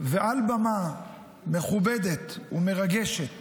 ועל במה מכובדת ומרגשת